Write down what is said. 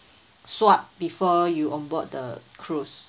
swab before you on board the cruise